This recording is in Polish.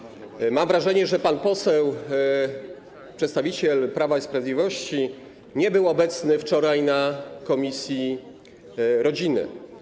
Mam wrażenie, że pan poseł przedstawiciel Prawa i Sprawiedliwości nie był obecny wczoraj na posiedzeniu komisji rodziny.